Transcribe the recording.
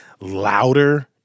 louder